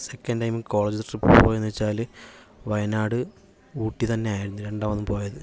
second time college trip പോയെന്ന് വെച്ചാല് വയനാട് ഊട്ടിതന്നെയായിരുന്നു രണ്ടാമതും പോയത്